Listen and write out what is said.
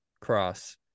cross